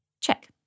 Check